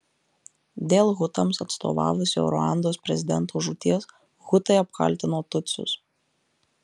dėl hutams atstovavusio ruandos prezidento žūties hutai apkaltino tutsius